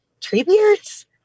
Treebeards